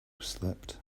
slept